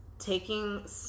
Taking